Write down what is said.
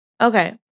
Okay